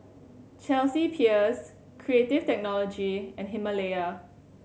Chelsea Peers Creative Technology and Himalaya